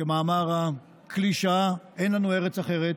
כמאמר הקלישאה, אין לנו ארץ אחרת,